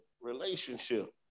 relationship